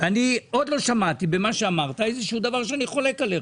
עוד לא שמעתי במה שאמרת איזה שהוא דבר שאני חולק עליך.